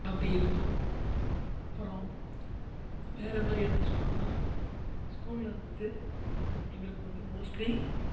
அப்படி இருந்தோம் அப்புறம் வேறு மாதிரி எப்படி சொல்லணும்ன்னா ஸ்கூலில் வந்துட்டு எங்களுக்கு வந்து மோஸ்ட்லி